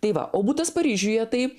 tai va o butas paryžiuje tai